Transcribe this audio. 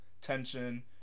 tension